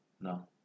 No